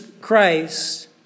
Christ